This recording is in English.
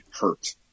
hurt